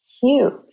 huge